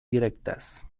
direktas